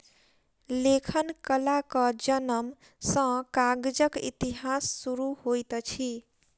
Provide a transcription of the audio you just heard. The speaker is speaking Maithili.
लेखन कलाक जनम सॅ कागजक इतिहास शुरू होइत अछि